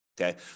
Okay